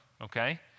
okay